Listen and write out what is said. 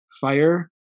fire